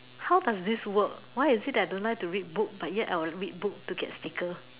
how does this work why is it that I don't like to read but yet I will read book to get sticker